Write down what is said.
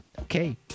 Okay